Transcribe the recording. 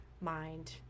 mind